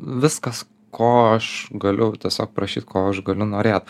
viskas ko aš galiu tiesiog prašyt ko aš galiu norėt